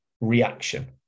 reaction